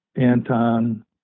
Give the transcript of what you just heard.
Anton